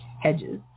hedges